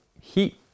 heat